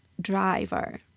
driver